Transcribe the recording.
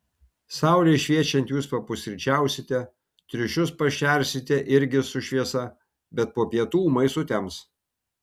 saulei šviečiant jūs papusryčiausite triušius pašersite irgi su šviesa bet po pietų ūmai sutems